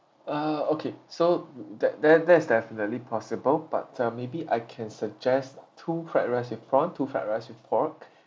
ah okay so that that that is definitely possible but uh maybe I can suggest two fried rice with prawn two fried rice with pork